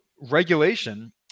regulation